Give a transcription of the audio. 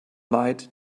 lied